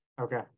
Okay